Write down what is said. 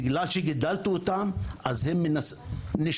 בגלל שגידלתי אותם הם נשארים,